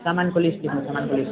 समानको लिस्ट लेख्नू समानको लिस्ट